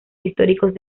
históricos